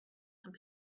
and